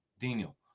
Daniel